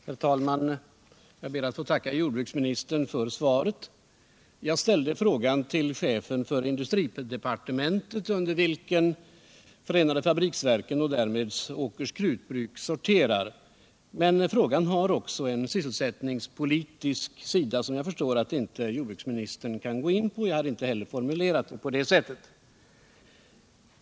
Herr talman! Jag ber att få tacka jordbruksministern för svaret. Jag ställde frågan till chefen för industridepartementet, under vilket förenade fabriksverken och därmed Åkers Krutbruk sorterar. Men frågan har också en sysselsättningspolitisk sida, som jag förstår att jordbruksministern inte kan gå in på. Och jag hade inte heller formulerat frågan så.